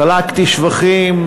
חלקתי שבחים